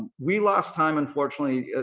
we lost time, unfortunately,